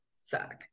suck